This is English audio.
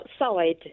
outside